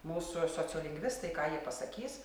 mūsų sociolingvistai ką jie pasakys